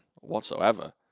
whatsoever